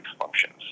functions